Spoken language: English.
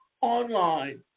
online